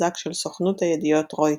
ממבזק של סוכנות הידיעות "רויטרס".